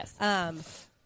Yes